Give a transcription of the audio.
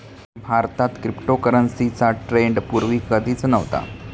भारतात क्रिप्टोकरन्सीचा ट्रेंड पूर्वी कधीच नव्हता